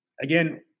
Again